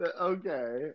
Okay